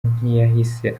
ntiyahise